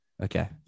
Okay